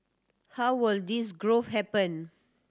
how will this growth happen